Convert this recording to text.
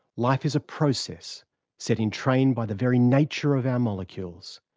life is a process set in train by the very nature of our molecules.